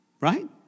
Right